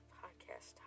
podcast